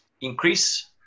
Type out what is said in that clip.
increase